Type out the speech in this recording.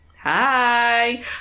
hi